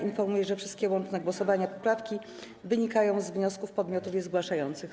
Informuję, że wszystkie łącznie głosowane poprawki wynikają z wniosków podmiotów je zgłaszających.